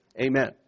Amen